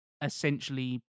essentially